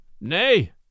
Nay